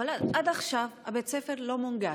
עד עכשיו בית הספר לא מונגש.